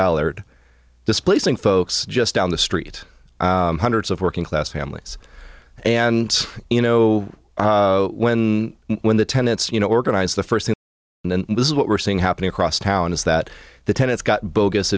ballard displacing folks just down the street hundreds of working class families and you know when when the tenants you know organize the first thing and this is what we're seeing happening across town is that the tenants got bogus